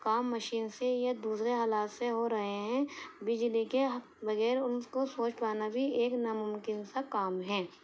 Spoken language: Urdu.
کام مشین سے ہی یا دوسرے آلات سے ہو رہے ہیں بجلی کے بغیر ان کو سوچ پانا بھی ایک ناممکن سا کام ہیں